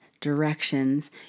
directions